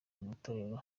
matorero